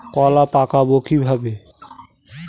কলা পাকাবো কিভাবে?